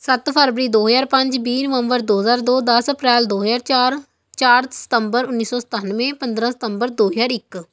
ਸੱਤ ਫਰਵਰੀ ਦੋ ਹਜ਼ਾਰ ਪੰਜ ਵੀਹ ਨਵੰਬਰ ਦੋ ਹਜ਼ਾਰ ਦੋ ਦਸ ਅਪ੍ਰੈਲ ਦੋ ਹਜ਼ਾਰ ਚਾਰ ਚਾਰ ਸਤੰਬਰ ਉੱਨੀ ਸੌ ਸਤਾਨਵੇਂ ਪੰਦਰਾਂ ਸਤੰਬਰ ਦੋ ਹਜ਼ਾਰ ਇੱਕ